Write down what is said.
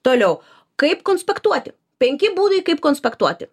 toliau kaip konspektuoti penki būdai kaip konspektuoti